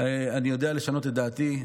אני יודע לשנות את דעתי.